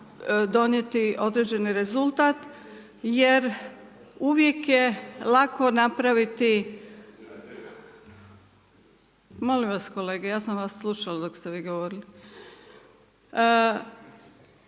donijeti određeni rezultat, jer uvijek je lako napraviti, molim vas kolege, ja sam vas slušala, dok ste vi govorili,